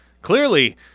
Clearly